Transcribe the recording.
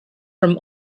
from